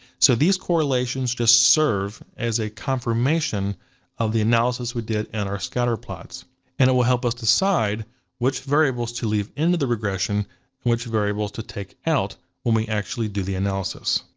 so these correlations just serve as a confirmation of the analysis we did in and our scatterplots and it will help us decide which variables to leave into the regression and which variables to take out when we actually do the analysis.